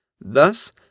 Thus